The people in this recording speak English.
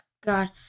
God